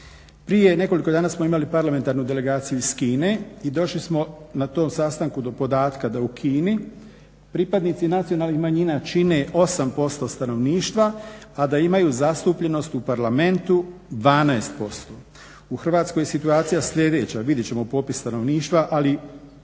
Prije nekoliko dana smo imali parlamentarnu delegaciju iz Kine i došli smo na tom sastanku do podatka da u Kini pripadnici nacionalnih manjina čine 8% stanovništva, a da imaju zastupljenost u Parlamentu 12%. U Hrvatskoj je situacija sljedeća, vidjet ćemo popis stanovništva ali